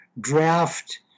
draft